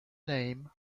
name